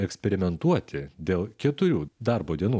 eksperimentuoti dėl keturių darbo dienų